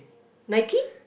Nike